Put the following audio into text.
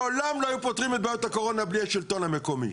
לעולם לא היו פותרים את בעיות הקורונה בלי השלטון המקומי.